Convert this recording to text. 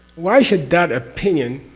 why should that opinion.